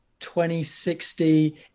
2060